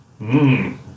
Mmm